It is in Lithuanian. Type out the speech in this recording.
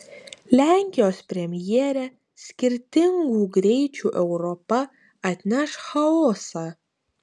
lenkijos premjerė skirtingų greičių europa atneš chaosą